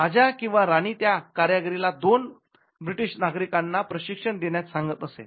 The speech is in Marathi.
राजा किंवा राणी त्या कारागिराला दोन ब्रिटिश नागरिकांना प्रशिक्षण देण्यास सांगत असे